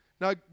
now